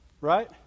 Right